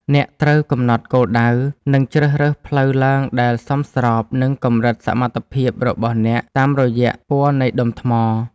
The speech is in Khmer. អ្នកត្រូវកំណត់គោលដៅ និងជ្រើសរើសផ្លូវឡើងដែលសមស្របនឹងកម្រិតសមត្ថភាពរបស់អ្នកតាមរយៈពណ៌នៃដុំថ្ម។